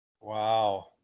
Wow